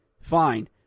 Fine